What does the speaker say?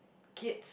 kids